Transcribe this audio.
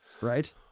right